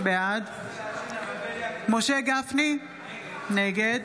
בעד משה גפני, נגד